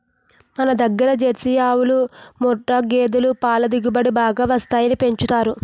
మనదగ్గర జెర్సీ ఆవులు, ముఱ్ఱా గేదులు పల దిగుబడి బాగా వస్తాయని పెంచుతారు